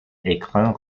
écran